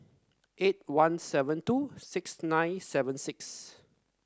eight one seven two six nine seven six